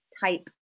type